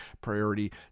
priority